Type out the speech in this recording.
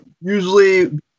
usually